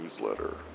newsletter